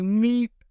meet